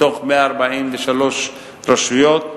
מתוך 143 רשויות,